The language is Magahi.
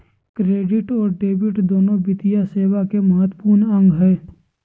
क्रेडिट और डेबिट दोनो वित्तीय सेवा के महत्त्वपूर्ण अंग हय